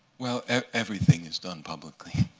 well, everything is done publicly,